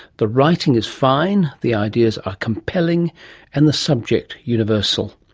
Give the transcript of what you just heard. the writing is fine, the ideas are compelling and the subject universal.